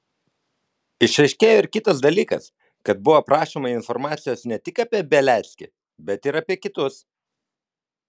išaiškėjo ir kitas dalykas kad buvo prašoma informacijos ne tik apie beliackį bet ir apie kitus